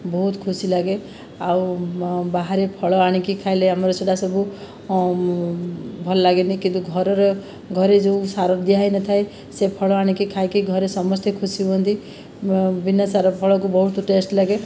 ବହୁତ ଖୁସି ଲାଗେ ଆଉ ବାହାରେ ଫଳ ଆଣିକି ଖାଇଲେ ଆମର ସେ'ଟା ସବୁ ଭଲ ଲାଗେନି କିନ୍ତୁ ଘରର ଘରେ ଯେଉଁ ସାର ଦିଆ ହୋଇନଥାଏ ସେ ଫଳ ଆଣିକି ଖାଇକି ଘରେ ସମସ୍ତେ ଖୁସି ହୁଅନ୍ତି ବିନା ସାର ଫଳକୁ ବହୁତ ଟେଷ୍ଟ ଲାଗେ